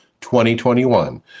2021